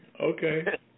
Okay